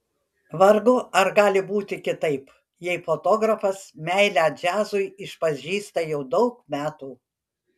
vargu ar gali būti kitaip jei fotografas meilę džiazui išpažįsta jau daug metų